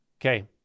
Okay